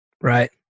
right